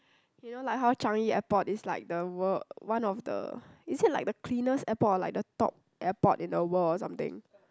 you know like how Changi-Airport is like the world one of the is it like the cleanest airport or like the top airport in a world or something